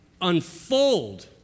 unfold